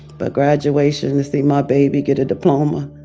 but graduation to see my baby get a diploma,